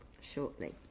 shortly